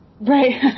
right